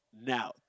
Now